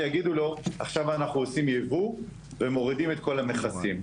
יגידו לו עכשיו אנחנו עושים יבוא ומורידים את כל המכסים.